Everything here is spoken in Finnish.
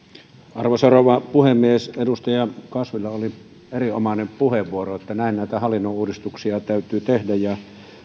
arvoisa rouva puhemies edustaja kasvilla oli erinomainen puheenvuoro näin näitä hallinnon uudistuksia täytyy tehdä ja